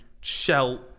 shell